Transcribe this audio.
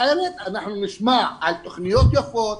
אחרת אנחנו נשמע על תוכניות יפות,